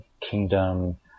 kingdom